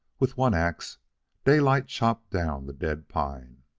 with one ax daylight chopped down the dead pine.